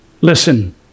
Listen